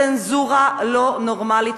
צנזורה לא נורמלית,